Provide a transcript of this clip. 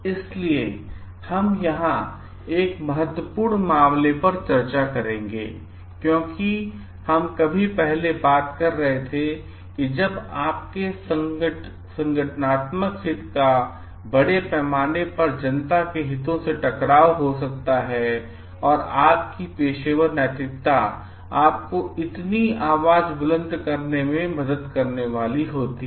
इसलिए हम यहाँ एक महत्वपूर्ण मामले पर चर्चा करेंगे क्योंकि हम कभी पहले बात कर रहे थे जब आपके संगठनात्मक हित का बड़े पैमाने पर जनता के हितों से टकराव सकता है और आपकी पेशेवर नैतिकता आपको अपनी आवाज बुलंद करने में मदद करने वाली होती है